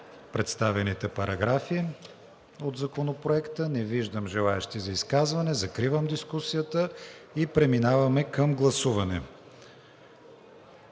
представените параграфи от Законопроекта. Не виждам желаещи за изказване. Закривам дискусията и преминаваме към гласуване